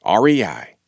REI